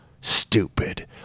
stupid